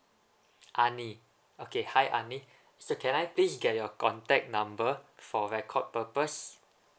ani okay hi ani so can I please get your contact number for record purposes